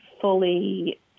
fully